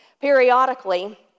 Periodically